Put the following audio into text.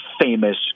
famous